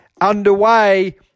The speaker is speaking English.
underway